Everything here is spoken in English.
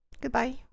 Goodbye